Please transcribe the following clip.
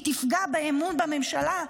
היא תפגע באמון בממשלה.